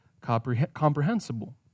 comprehensible